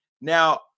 now